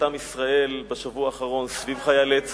עם ישראל בשבוע האחרון סביב חיילי צה"ל.